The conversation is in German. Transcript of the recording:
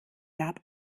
gab